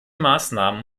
maßnahmen